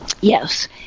Yes